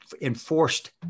enforced